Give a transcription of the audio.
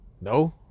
No